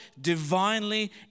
divinely